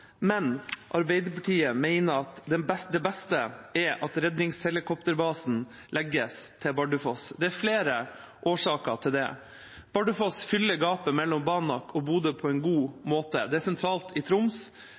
men Arbeiderpartiet mener at det beste er at redningshelikopterbasen legges til Bardufoss. Det er flere årsaker til det. Bardufoss fyller gapet mellom Banak og Bodø på en god måte. Det er sentralt i Troms,